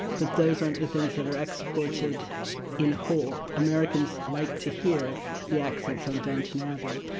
but those aren't the things that are exported in whole. americans like to hear the accents on downton abbey,